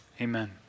Amen